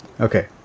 okay